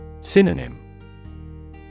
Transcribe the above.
Synonym